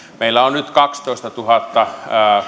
meillä on nyt kaksitoistatuhatta